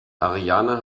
ariane